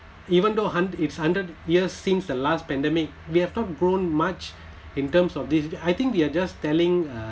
even though hun~ it's hundred years since the last pandemic we have not grown much in terms of this I think they're just telling uh